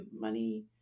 money